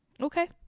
Okay